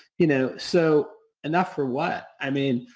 you know, so enough for what? i mean